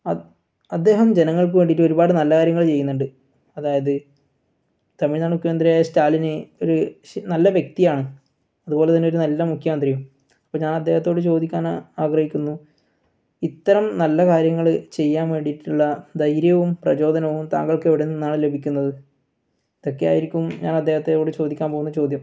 അ അദ്ദേഹം ജനങ്ങൾക്ക് വേണ്ടീട്ട് ഒരുപാട് നല്ല കാര്യങ്ങൾ ചെയ്യുന്നുണ്ട് അതായത് തമിഴ്നാട് മുഖ്യമന്ത്രിയായ സ്റ്റാലിന് ഒരു നല്ല വ്യക്തിയാണ് അതുപോലെ തന്നെ ഒരു നല്ല മുഖ്യമന്ത്രിയും അപ്പം ഞാൻ അദ്ദേഹത്തോട് ചോദിക്കാനാഗ്രഹിക്കുന്നു ഇത്തരം നല്ല കാര്യങ്ങൾ ചെയ്യാൻ വേണ്ടീട്ടുള്ള ധൈര്യവും പ്രചോദനവും താങ്കൾക്ക് എവിടെ നിന്നാണ് ലഭിക്കുന്നത് ഇതൊക്കെ ആയിരിക്കും ഞാൻ അദ്ദേഹത്തോട് ചോദിക്കാൻ പോകുന്ന ചോദ്യം